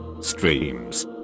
Streams